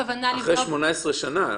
חמש שנים.